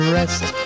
rest